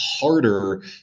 harder